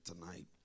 tonight